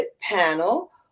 panel